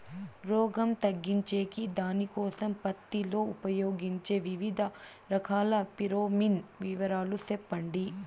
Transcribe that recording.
రోగం తగ్గించేకి దానికోసం పత్తి లో ఉపయోగించే వివిధ రకాల ఫిరోమిన్ వివరాలు సెప్పండి